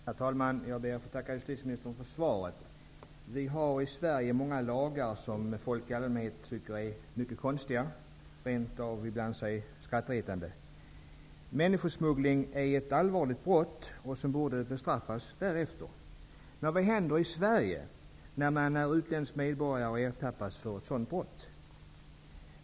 Herr talman! Jag ber att få tacka justitieministern för svaret. Vi har i Sverige många lagar som folk i allmänhet tycker är mycket konstiga, ibland rent av skrattretande. Människosmuggling är ett allvarligt brott, som borde bestraffas därefter. Men vad händer i Sverige när en utländsk medborgare ertappas med att begå brott?